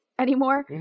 anymore